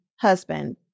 husband